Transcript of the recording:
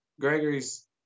Gregory's